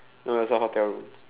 no it was a hotel room